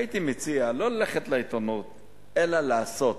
הייתי מציע לא ללכת לעיתונות אלא לעשות.